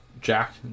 Jack